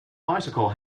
bicycle